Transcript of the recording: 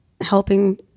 Helping